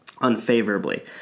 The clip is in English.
unfavorably